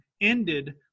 ended